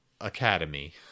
academy